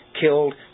killed